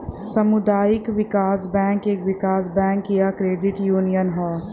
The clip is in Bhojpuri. सामुदायिक विकास बैंक एक विकास बैंक या क्रेडिट यूनियन हौ